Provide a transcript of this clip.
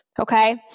Okay